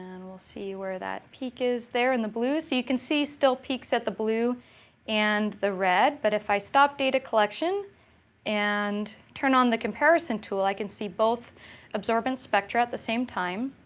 we'll see where that peak is there, in the blue. you can see still peaks at the blue and the red, but if i stop data collection and turn on the comparison tool, i can see both absorbance spectra at the same time.